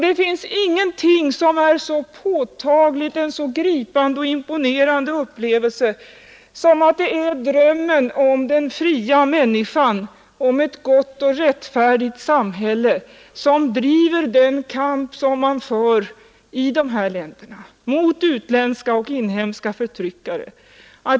Det finns ingenting som är så påtagligt, ingenting som är en så gripande och imponerande upplevelse som detta att det är drömmen om den fria människan, om ett gott och rättfärdigt samhälle, som driver den kamp man för i dessa länder mot utländska och inhemska förtryckare.